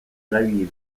erabili